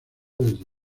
desde